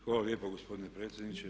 Hvala lijepa gospodine predsjedniče.